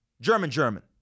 German-German